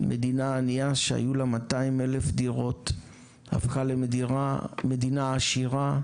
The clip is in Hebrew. מדינה עניה שהיו לה 200,000 דירות הפכה למדינה עשירה,